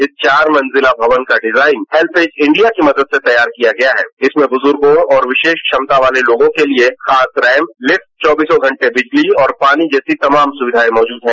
इस चार मंजिला भवन का डिजाईन हेल्पेज इंडिया की मदद से तैयार किया गया है जिसमें बुजुर्गों और विशेष क्षमता वाले लोगों के लिए खास रैंप लिफ्ट चौबीसों घंटे बिजली और पानी जैसी तमाम सुविधाएं मौजूद हैं